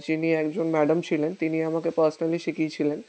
যিনি একজন ম্যাডাম ছিলেন তিনি আমাকে পার্সোনালি শিখিয়েছিলেন